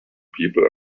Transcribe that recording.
people